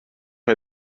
why